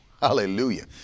Hallelujah